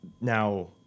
now